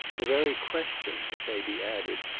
the very question, it may be added,